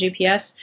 GPS